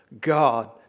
God